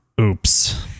Oops